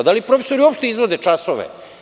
Da li profesori uopšte izvode časove?